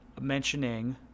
Mentioning